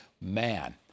Man